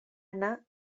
anar